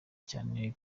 cyane